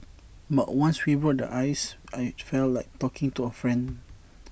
but once we broke the ice IT felt like talking to A friend